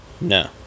No